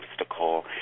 obstacle